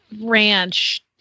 ranch